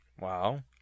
wow